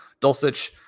Dulcich